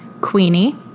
Queenie